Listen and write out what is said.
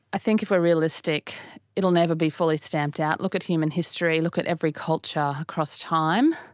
i think if we are realistic it will never be fully stamped out. look at human history, look at every culture across time,